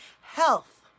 health